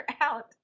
out